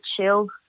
chill